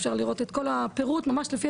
אפשר לראות את כל הפירוט ממש לפי